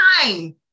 time